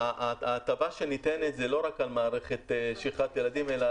ההטבה שניתנת זה לא רק על מערכת שכחת ילדים אלא